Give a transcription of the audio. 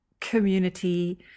community